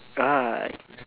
ah